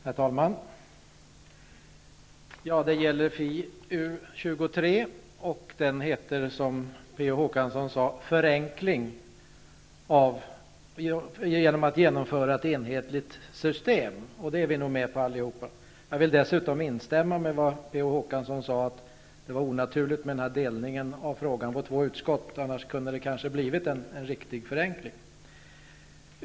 Herr talman! Ärendet gäller FiU23 och heter, som Det skulle man uppnå genom ett enhetligt system. Det är vi nog med på allihop. Jag vill dessutom instämma i det P.O. Håkansson sade, att det var onaturligt med delningen av frågan på två utskott. Annars kunde det kanske ha blivit en riktig förenkling.